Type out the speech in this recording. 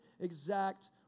exact